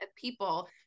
people